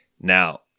Now